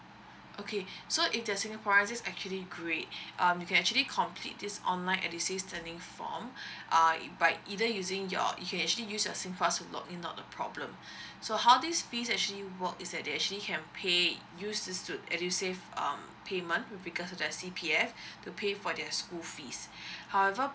okay so if they are singaporeans is actually great um you can actually complete this online edusave earning form uh by either using your you can actually use your singpass to log in not a problem so how this fee actually work is that they actually can pay use this to edusave um payment with regards to their C_P_F to pay for their school fees however